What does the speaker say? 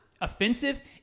offensive